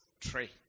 three